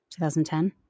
2010